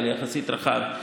אבל יחסית רחב,